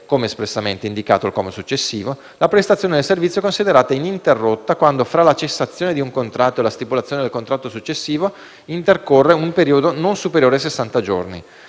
come espressamente indicato al comma successivo: «La prestazione del servizio è considerata ininterrotta quando fra la cessazione di un contratto e la stipulazione del contratto successivo intercorre un periodo non superiore ai sessanta